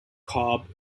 cobb